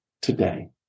today